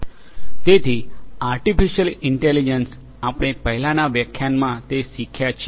તેથી artificial intelligence આપણે પહેલાનાં વ્યાખ્યાનમાં તે શીખ્યા છીએ